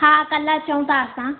हा कल्ह अचूं था असां